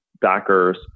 backers